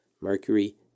Mercury